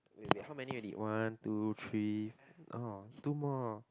wait wait how many already one two three oh two more